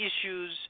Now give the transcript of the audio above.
Issues